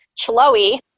Chloe